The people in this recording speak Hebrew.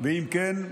אם כן,